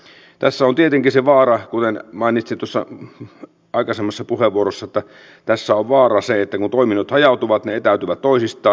kuten mainitsin tuossa aikaisemmassa puheenvuorossani tässä on vaarana se vaara kuten mainitsitosa aikaisemmassa puheenvuorossa peka että kun toiminnot hajautuvat ne etääntyvät toisistaan